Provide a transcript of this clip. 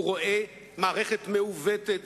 הוא רואה מערכת מעוותת,